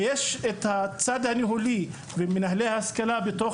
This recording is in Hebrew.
ויש את הצד הניהולי ומנהלי ההשכלה בתוך